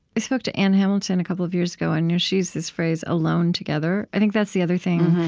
i spoke to ann hamilton a couple of years ago, and she used this phrase alone, together. i think that's the other thing.